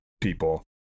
people